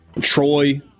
Troy